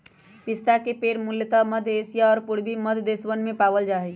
पिस्ता के पेड़ मूलतः मध्य एशिया और पूर्वी मध्य देशवन में पावल जा हई